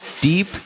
deep